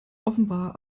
offenbar